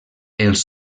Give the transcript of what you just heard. els